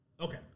Okay